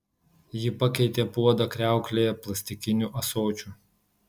ji pakeitė puodą kriauklėje plastikiniu ąsočiu